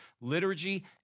Liturgy